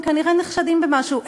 כנראה הם נחשדים במשהו,